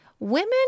Women